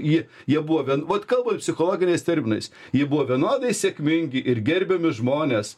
jie jie buvo vat kalbant psichologiniais terminais jie buvo vienodai sėkmingi ir gerbiami žmonės